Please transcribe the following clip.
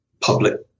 public